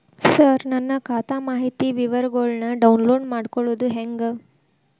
ಸರ ನನ್ನ ಖಾತಾ ಮಾಹಿತಿ ವಿವರಗೊಳ್ನ, ಡೌನ್ಲೋಡ್ ಮಾಡ್ಕೊಳೋದು ಹೆಂಗ?